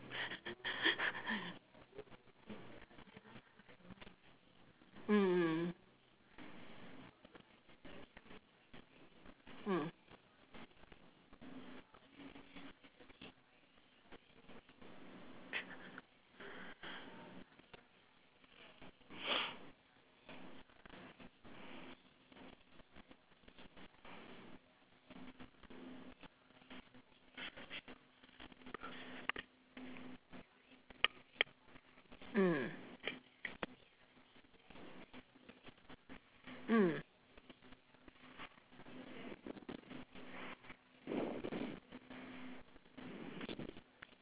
mm mm mm mm